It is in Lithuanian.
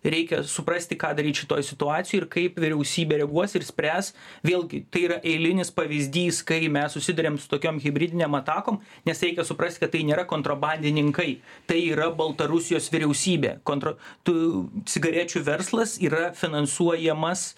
reikia suprasti ką daryt šitoj situacijoj ir kaip vyriausybė reaguos ir spręs vėlgi tai yra eilinis pavyzdys kai mes susiduriam su tokiom hibridinėm atakom nes reikia suprast kad tai nėra kontrabandininkai tai yra baltarusijos vyriausybė kontra tų cigarečių verslas yra finansuojamas